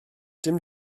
dim